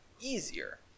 easier